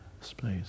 space